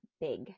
big